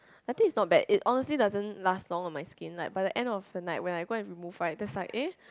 I think its not bad it honestly doesn't last long on my skin like but by the end of the night when I go to remove right there's like eh